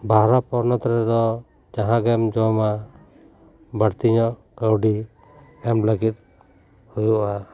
ᱵᱟᱨᱦᱮ ᱯᱚᱦᱚᱛ ᱨᱮᱫᱚ ᱡᱟᱦᱟᱸ ᱜᱮᱢ ᱡᱚᱢᱟ ᱵᱟᱹᱲᱛᱤ ᱧᱚᱜ ᱠᱟᱹᱣᱰᱤ ᱮᱢ ᱞᱟᱹᱜᱤᱫ ᱦᱩᱭᱩᱜᱼᱟ